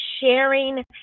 sharing